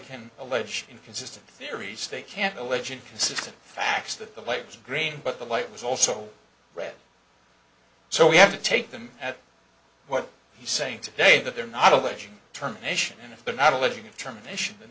can allege inconsistent theories they can't allege inconsistent facts that the waves of grain but the light was also red so we have to take them at what he's saying today that they're not alleging terminations and if they're not alleging termination